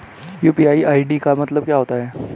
UPI ID का मतलब क्या होता है?